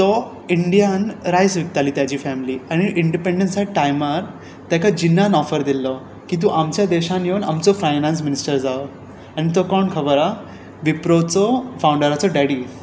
तो Indian rice विकताली ताजी फॅम्ली आनी इंडपँडसा टायमार ताका जिन्नान ऑफर दिल्लो की तूं आमच्या देशान येवन आमचो फायनान्स मिनिस्टर जा आनी तो कोण खबर आसा विप्रोचो फावंडराचो डॅडी